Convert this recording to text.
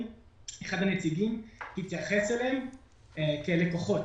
אחד הנציגים התייחס אליהם כאל לקוחות.